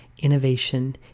innovation